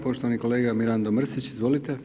Poštovani kolega Mirando Mrsić, izvolite.